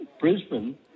Brisbane